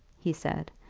he said,